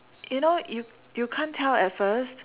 you know you you can't tell at first